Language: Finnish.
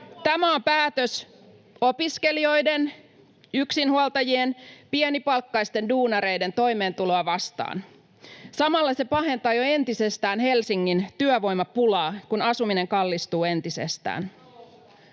Tämä on päätös opiskelijoiden, yksinhuoltajien, pienipalkkaisten duunareiden toimeentuloa vastaan. Samalla se pahentaa jo entisestään Helsingin työvoimapulaa, kun asuminen kallistuu entisestään.